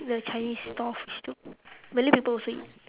the chinese stall fish soup malay people also eat